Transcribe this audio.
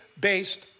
based